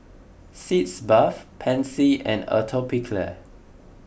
Sitz Bath Pansy and Atopiclair